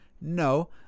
No